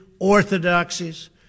orthodoxies